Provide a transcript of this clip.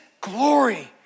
glory